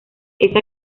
esa